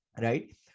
right